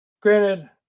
Granted